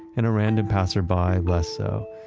and a random passerby less so.